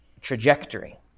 trajectory